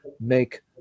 make